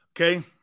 Okay